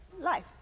Life